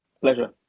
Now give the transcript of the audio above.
Pleasure